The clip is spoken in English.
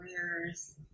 careers